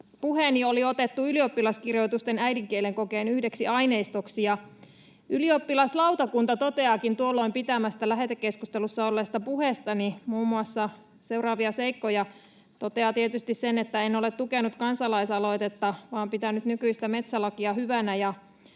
puheeni oli otettu ylioppilaskirjoitusten äidinkielen kokeen yhdeksi aineistoksi, ja ylioppilaslautakunta toteaakin tuolloin pitämästäni, lähetekeskustelussa olleesta puheestani muun muassa seuraavia seikkoja: Tietysti sen, että en ole tukenut kansalaisaloitetta vaan pitänyt nykyistä metsälakia hyvänä,